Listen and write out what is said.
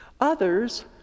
Others